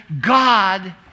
God